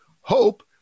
hope